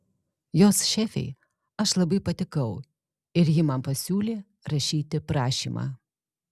jos šefei aš labai patikau ir ji man pasiūlė rašyti prašymą